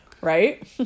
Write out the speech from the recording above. Right